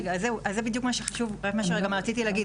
רגע, זה בדיוק מה שרציתי להגיד.